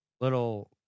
little